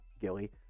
Gilly